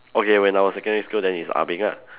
okay when I was secondary school then it's ah-beng ah